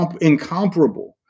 incomparable